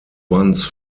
once